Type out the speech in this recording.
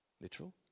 Literal